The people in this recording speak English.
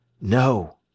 No